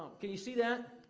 can you see that?